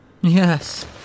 Yes